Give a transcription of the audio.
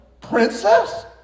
Princess